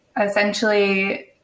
essentially